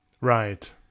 Right